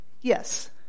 yes